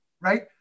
right